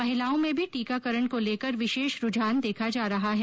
महिलाओं में भी टीकाकरण को लेकर विशेष रूझान देखा जा रहा है